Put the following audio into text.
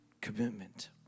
commitment